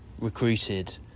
recruited